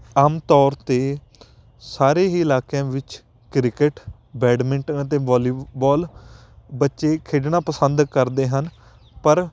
ਆਮ ਤੌਰ 'ਤੇ ਸਾਰੇ ਹੀ ਇਲਾਕਿਆਂ ਵਿੱਚ ਕ੍ਰਿਕਟ ਬੈਡਮਿੰਟਨ ਅਤੇ ਬਾਲੀਬੋਲ ਬੱਚੇ ਖੇਡਣਾ ਪਸੰਦ ਕਰਦੇ ਹਨ ਪਰ